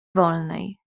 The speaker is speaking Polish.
wolnej